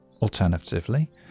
Alternatively